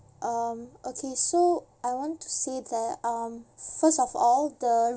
um okay so I want to say that um first of all the